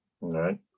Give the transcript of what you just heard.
Right